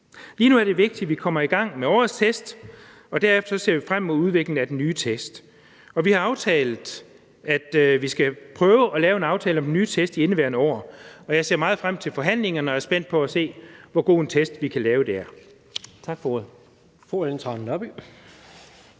Lige nu er det vigtigt, at vi kommer i gang med årets test, og derefter ser vi frem til udviklingen af den nye test. Vi har aftalt, at vi skal prøve at lave en aftale om den nye test i indeværende år. Jeg ser meget frem til forhandlingerne og er spændt på at se, hvor god en test vi kan lave.